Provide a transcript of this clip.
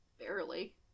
Barely